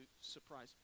surprise